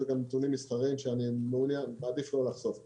זה גם נתונים מסחריים שאני מעדיף לא לחשוף אותם.